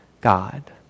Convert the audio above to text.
God